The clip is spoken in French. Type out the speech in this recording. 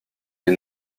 les